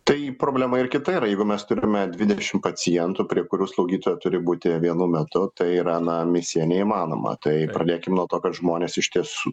tai problema ir kita yra jeigu mes turime dvidešim pacientų prie kurių slaugytoja turi būti vienu metu tai yra na misija neįmanoma tai pradėkim nuo to kad žmonės iš tiesų